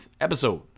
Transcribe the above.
episode